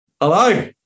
hello